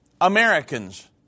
Americans